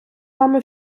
вами